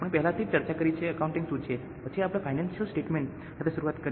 આપણે પહેલેથી જ ચર્ચા કરી છે કે એકાઉન્ટિંગ શું છે પછી આપણે ફાઇનાન્સિયલ સ્ટેટમેન્ટ સાથે શરૂઆત કરી